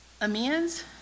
Amends